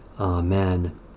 Amen